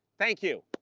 thank you,